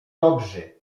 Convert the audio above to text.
dobrzy